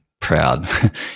Proud